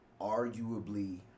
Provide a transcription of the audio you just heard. arguably